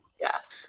Yes